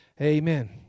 Amen